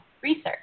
research